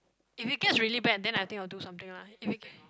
if it gets really bad then I think I will doing something lah if it get